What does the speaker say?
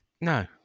No